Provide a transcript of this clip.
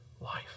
life